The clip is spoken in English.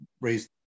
raised